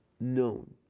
known